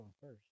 first